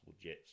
Jets